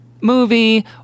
movie